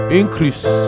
increase